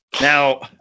Now